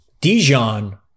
Dijon